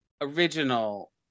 original